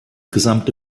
gesamte